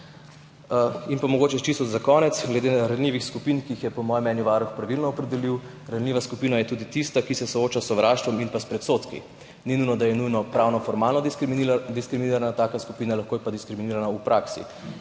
splav. Mogoče čisto za konec glede ranljivih skupin, ki jih je po mojem mnenju varuh pravilno opredelil. Ranljiva skupina je tudi tista, ki se sooča s sovraštvom in pa s predsodki. Ni nujno, da je nujno formalnopravno diskriminirana taka skupina, lahko je pa diskriminirana v praksi.